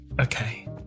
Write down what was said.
Okay